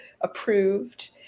approved